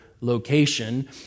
location